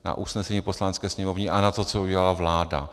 Na usnesení Poslanecké sněmovny a na to, co udělala vláda.